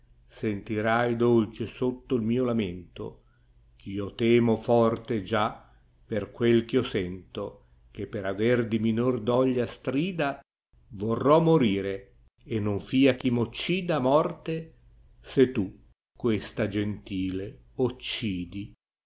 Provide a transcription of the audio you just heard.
sentirai dolce sotto il mio lamento ch io temo forte già per quel eh io sento che per aver di minor doglia strida vorrò morire e non fia chi m'occidflu morte se in questa gentile occidi